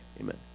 Amen